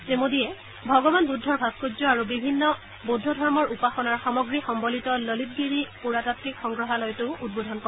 শ্ৰীমোডীয়ে ভগৱান বুদ্ধৰ ভাস্থৰ্য্য আৰু বিভিন্ন বৌদ্ধ ধৰ্মৰ উপাসনাৰ সামগ্ৰী সম্মলিত ললিতগিৰি পুৰাতাত্বিক সংগ্ৰহালয়টোও উদ্বোধন কৰে